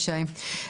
תודה רבה, ישי.